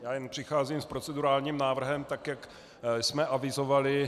Já jen přicházím s procedurálním návrhem, jak jsme avizovali.